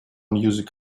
music